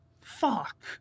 Fuck